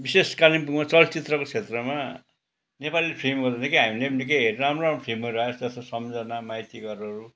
विशेष कालिम्पोङमा चलचित्रको क्षेत्रमा नेपाली फिल्महरू निकै हामीले पनि हेर् निकै राम्रो राम्रो फिल्महरू आएको छ सम्झना माइती घरहरू